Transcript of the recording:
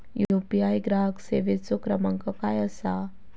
UPI ग्राहक सेवेचो क्रमांक काय असा?